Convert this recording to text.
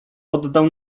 oddał